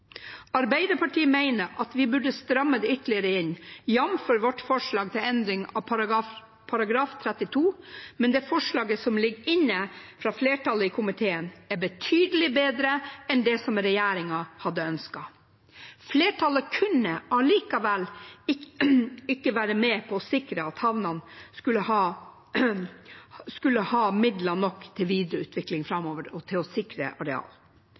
Arbeiderpartiet mener at vi burde stramme ytterligere inn, jf. vårt og SVs forslag til endring av § 32, men det forslaget som ligger inne fra flertallet i komiteen, er betydelig bedre enn det som regjeringen hadde ønsket. Flertallet kunne allikevel ikke være med på å sikre havnene midler nok til videreutvikling framover og til å sikre areal.